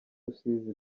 rusizi